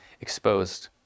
exposed